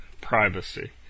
privacy